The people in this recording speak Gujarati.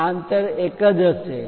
આ અંતર એક જ હશે